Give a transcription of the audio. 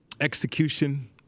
execution